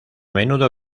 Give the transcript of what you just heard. menudo